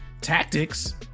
tactics